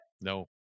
No